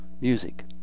Music